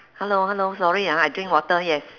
hello hello sorry ah I drink water yes